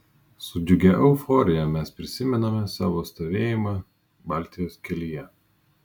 su džiugia euforija mes prisimename savo stovėjimą baltijos kelyje